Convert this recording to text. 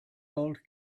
old